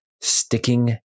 sticking